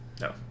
No